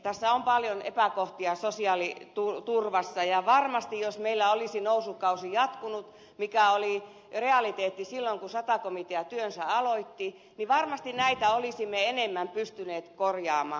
sosiaaliturvassa on paljon epäkohtia ja varmasti jos meillä olisi nousukausi jatkunut mikä oli realiteetti silloin kun sata komitea työnsä aloitti varmasti näitä olisimme enemmän pystyneet korjaamaan